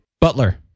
Butler